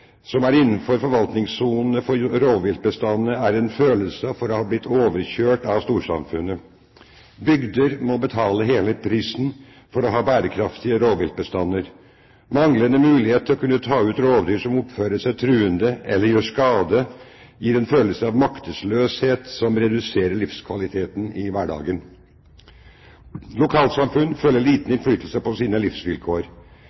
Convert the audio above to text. som er innenfor forvaltningssonene for rovviltbestandene, er det en følelse av å ha blitt overkjørt av storsamfunnet. Bygder må betale hele prisen for å ha bærekraftige rovviltbestander. Manglende mulighet til å kunne ta ut rovdyr som oppfører seg truende eller gjør skade, gir en følelse av maktesløshet som reduserer livskvaliteten i hverdagen. Lokalsamfunn føler at de har liten